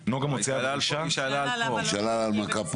היא שאלה על ההנמקה פה.